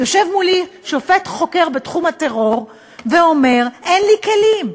יושב מולי שופט חוקר בתחום הטרור ואומר: אין לי כלים,